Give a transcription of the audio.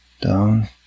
down